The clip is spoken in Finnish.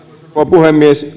puhemies